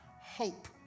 hope